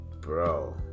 bro